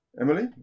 Emily